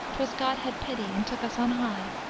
twas god had pity, and took us on high